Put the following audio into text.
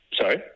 Sorry